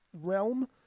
realm